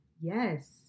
Yes